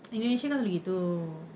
indonesia kan selalu gitu